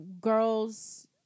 girls